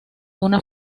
una